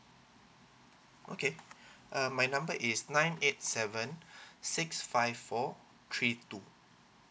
okay uh my number is nine eight seven six five four three two